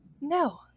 No